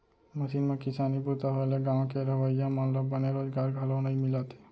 machine म किसानी बूता होए ले गॉंव के रहवइया मन ल बने रोजगार घलौ नइ मिलत हे